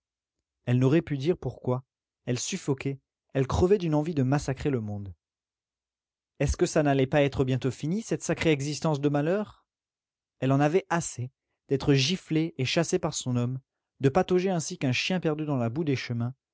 elle n'aurait pu dire pourquoi elle suffoquait elle crevait d'une envie de massacrer le monde est-ce que ça n'allait pas être bientôt fini cette sacrée existence de malheur elle en avait assez d'être giflée et chassée par son homme de patauger ainsi qu'un chien perdu dans la boue des chemins